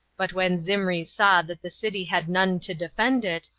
but when zimri saw that the city had none to defend it,